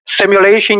simulation